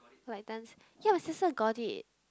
like dance ya my sister got it